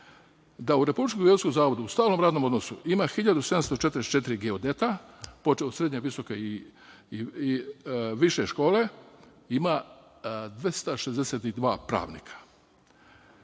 da u Republičkom geodetskom zavodu u stalnom radnom odnosu ima 1.744 geodeta, počev od srednje, visoke i više škole, ima 262 pravnika.